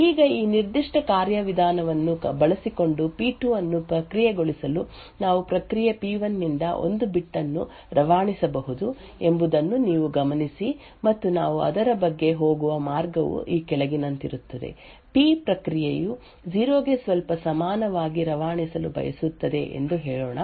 ಈಗ ಈ ನಿರ್ದಿಷ್ಟ ಕಾರ್ಯವಿಧಾನವನ್ನು ಬಳಸಿಕೊಂಡು ಪಿ2 ಅನ್ನು ಪ್ರಕ್ರಿಯೆಗೊಳಿಸಲು ನಾವು ಪ್ರಕ್ರಿಯೆ ಪಿ1 ನಿಂದ ಒಂದು ಬಿಟ್ ಅನ್ನು ರವಾನಿಸಬಹುದು ಎಂಬುದನ್ನು ನೀವು ಗಮನಿಸಿ ಮತ್ತು ನಾವು ಅದರ ಬಗ್ಗೆ ಹೋಗುವ ಮಾರ್ಗವು ಈ ಕೆಳಗಿನಂತಿರುತ್ತದೆ ಪಿ ಪ್ರಕ್ರಿಯೆಯು 0 ಗೆ ಸ್ವಲ್ಪ ಸಮಾನವಾಗಿ ರವಾನಿಸಲು ಬಯಸುತ್ತದೆ ಎಂದು ಹೇಳೋಣ